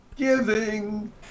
giving